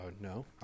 No